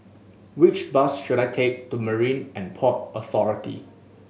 which bus should I take to Marine And Port Authority